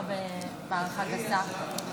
בהערכה גסה?